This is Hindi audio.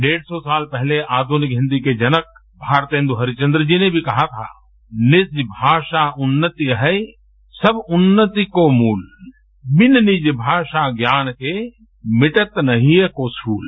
डेढ सौ साल पहले आधुनिक हिंदी के जनक भारतेंदु हरीशचंद्र जी ने भी कहा था रू निज भाषा उन्नति अहै सब उन्नति को मूल बिन निज भाषा ज्ञान के मिटत न हिय को सूल